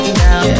now